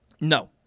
No